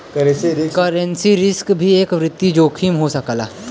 currency risk भी एक वित्तीय जोखिम हो सकला